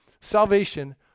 salvation